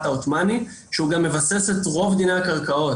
העותומני והוא גם מבסס את רוב דיני הקרקעות.